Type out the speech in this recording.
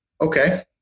okay